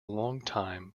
longtime